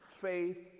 Faith